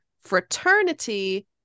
fraternity